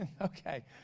okay